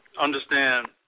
understand